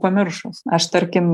pamiršus aš tarkim